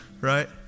Right